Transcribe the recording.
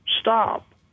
stop